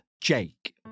Jake